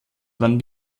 waren